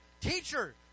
teacher